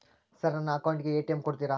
Sir ನನ್ನ ಅಕೌಂಟ್ ಗೆ ಎ.ಟಿ.ಎಂ ಕೊಡುತ್ತೇರಾ?